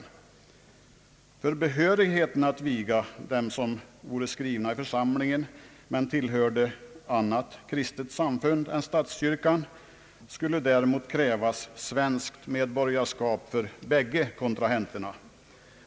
I fråga om behörigheten att viga dem som vore skrivna i församlingen men tillhörde annat kristet samfund än statskyrkan skulle däremot krävas svenskt medborgarskap för bägge kontrahenterna.